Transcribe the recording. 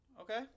Okay